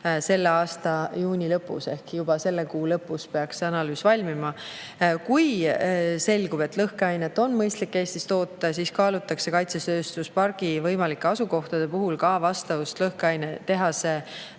selle aasta juuni lõpus ehk siis juba selle kuu lõpus peaks see analüüs valmima. Kui selgub, et lõhkeainet on mõistlik Eestis toota, siis kaalutakse kaitsetööstuspargi võimalike asukohtade valikul ka vastavust lõhkeainetehase